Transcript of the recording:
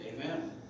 Amen